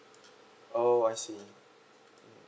oo so I see